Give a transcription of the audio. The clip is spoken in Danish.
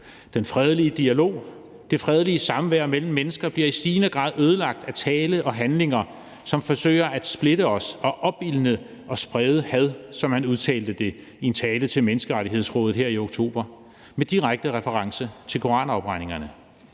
Den fredelige dialog og det fredelige samvær mellem mennesker bliver i stigende grad ødelagt af tale og handlinger, som forsøger at splitte os og opildne til og sprede had, som han udtalte det i en tale til Menneskerettighedsrådet her i oktober, med direkte reference til koranafbrændingerne,